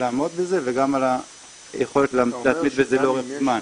לעמוד בזה וגם על היכולת להתמיד בזה לאורך זמן.